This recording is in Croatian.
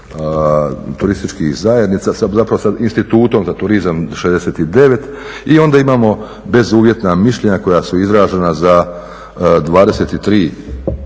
turističkih zajednica, zapravo sa Institutom za turizam 69 i onda imamo bezuvjetna mišljenja koja su izražena za 23